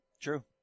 True